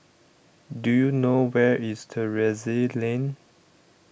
Do YOU know Where IS Terrasse Lane